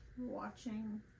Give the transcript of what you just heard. watching